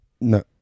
No